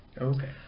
okay